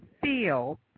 feel